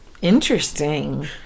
Interesting